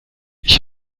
ich